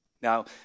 Now